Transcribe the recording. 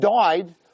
died